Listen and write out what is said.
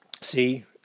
see